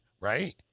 right